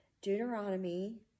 Deuteronomy